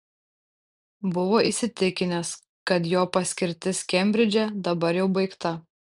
buvo įsitikinęs kad jo paskirtis kembridže dabar jau baigta